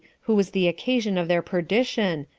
who was the occasion of their perdition,